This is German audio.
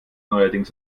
neuerdings